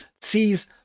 sees